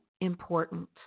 important